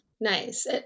Nice